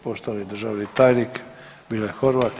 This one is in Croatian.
Poštovani državni tajnik Mile Horvat.